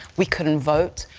we couldn't vote.